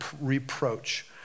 reproach